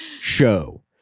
show